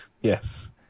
Yes